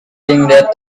think